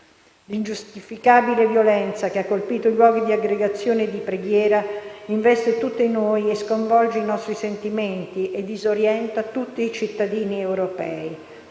L'ingiustificabile violenza che ha colpito i luoghi di aggregazione e di preghiera investe tutti noi, sconvolge i nostri sentimenti e disorienta tutti i cittadini europei.